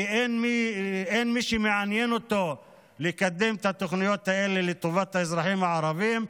כי אין מי שמעניין אותו לקדם את התוכניות האלה לטובת האזרחים הערבים.